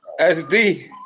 SD